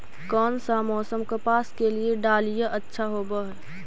कोन सा मोसम कपास के डालीय अच्छा होबहय?